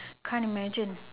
can't imagine